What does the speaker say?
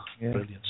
brilliance